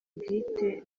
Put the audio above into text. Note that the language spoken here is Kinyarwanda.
bwite